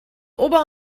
ober